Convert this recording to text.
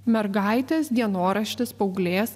mergaitės dienoraštis paauglės